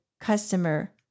customer